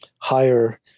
higher